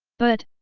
but,